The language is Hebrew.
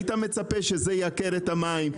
היית מצפה שזה ייקר את המים,